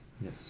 yes